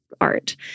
Art